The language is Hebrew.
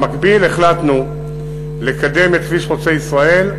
במקביל החלטנו לקדם את כביש חוצה-ישראל,